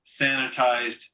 sanitized